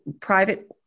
private